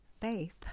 faith